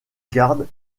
garde